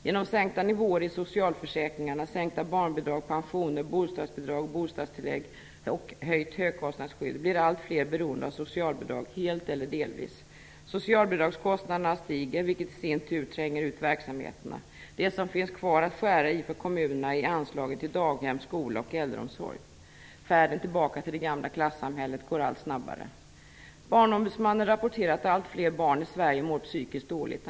Genom sänkta nivåer i socialförsäkringarna, genom sänkta barnbidrag, pensioner och bostadsbidrag, bostadstillägg och genom ett höjt högkostnadsskydd blir alltfler beroende av socialbidrag, helt eller delvis. Socialbidragskostnaderna stiger, vilket i sin tur tränger ut verksamheterna. Det som finns kvar att skära i för kommunerna är anslagen till daghem, skola och äldreomsorg. Färden tillbaka till det gamla klassamhället går allt snabbare. Sverige mår psykiskt dåligt.